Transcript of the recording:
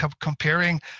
comparing